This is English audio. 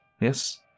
yes